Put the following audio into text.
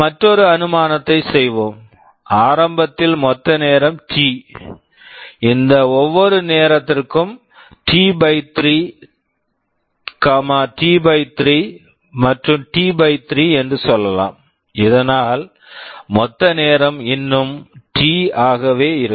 மற்றொரு அனுமானத்தை செய்வோம் ஆரம்பத்தில் மொத்த நேரம் டி T இந்த ஒவ்வொரு நேரத்திற்கும் டிT 3 டிT 3 மற்றும் டிT 3 என்று சொல்லலாம் இதனால் மொத்த நேரம் இன்னும் டி T ஆகவே இருக்கும்